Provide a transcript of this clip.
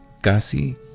casi